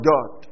God